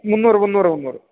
മുന്നൂറ് മുന്നൂറ് മുന്നൂറ്